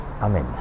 Amen